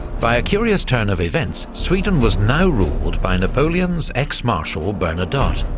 by a curious turn of events, sweden was now ruled by napoleon's ex-marshal, bernadotte.